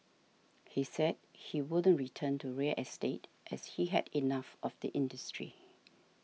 he said he wouldn't return to real estate as he had enough of the industry